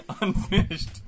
unfinished